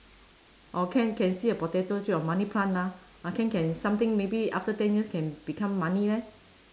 or can can see a potato through your money plant lah ah can can something maybe after ten years can become money leh